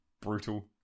Brutal